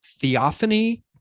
Theophany